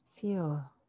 Feel